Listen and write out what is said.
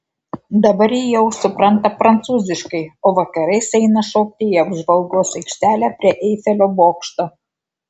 dabar ji jau supranta prancūziškai o vakarais eina šokti į apžvalgos aikštelę prie eifelio bokšto